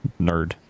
nerd